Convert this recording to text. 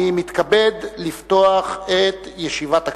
אני מתכבד לפתוח את ישיבת הכנסת.